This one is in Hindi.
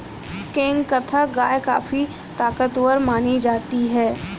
केंकथा गाय काफी ताकतवर मानी जाती है